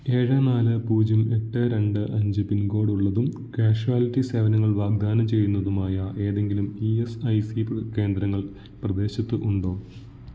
ഏഴ് നാല് പൂജ്യം എട്ട് രണ്ട് അഞ്ച് പിൻകോഡുള്ളതും കാഷ്വാലിറ്റി സേവനങ്ങൾ വാഗ്ദാനം ചെയ്യുന്നതുമായ ഏതെങ്കിലും ഇ എസ് ഐ സി കേന്ദ്രങ്ങൾ പ്രദേശത്ത് ഉണ്ടോ